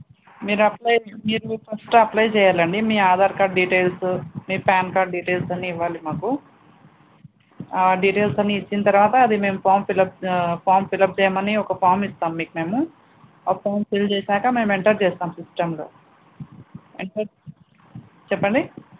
మీరు అప్లై మీరు first apply చేయాలి అండి మీ ఆధార్ కార్డ్ డీటెయిల్స్ మీ ప్యాన్ కార్డ్ డీటెయిల్స్ అన్నీ ఇవ్వాలి మాకు ఆ డీటెయిల్స్ అన్నీ ఇచ్చిన తర్వాత అది మేము ఫామ్ ఫిలప్ ఫామ్ ఫిలప్ చేయమని ఒక ఫామ్ ఇస్తాం మీకు మేము ఒకసారి ఫిల్ చేసాక మేము ఎంటర్ చేస్తాం సిస్టంలో అడ్రస్ చెప్పండి